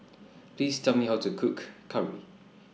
Please Tell Me How to Cook Curry